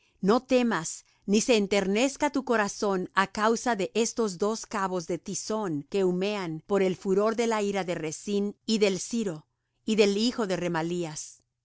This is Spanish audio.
no temas ni se enternezca tu corazón á causa de estos dos cabos de tizón que humean por el furor de la ira de rezín y del siro y del hijo de remalías